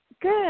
Good